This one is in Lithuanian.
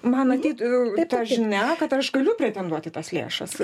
man ateitų ta žinia kad aš galiu pretenduot į tas lėšas